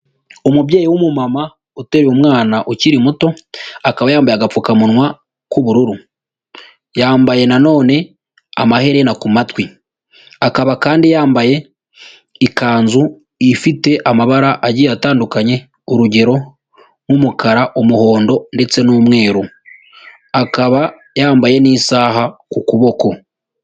Umubyeyi w'umumama uteruye umwana ukiri muto akaba yambaye agapfukamunwa k'ubururu, yambaye nanone amaherena ku matwi, akaba kandi yambaye ikanzu ifite amabara agiye atandukanye urugero nk'umukara, umuhondo ndetse n'umweru, akaba yambaye n'isaha ku kuboko.